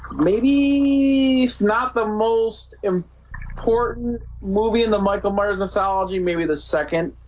maybe not the most um important movie in the michael myers mythology, maybe the second